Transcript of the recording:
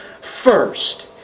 first